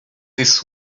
this